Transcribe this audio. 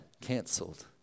canceled